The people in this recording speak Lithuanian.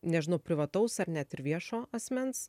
nežinau privataus ar net ir viešo asmens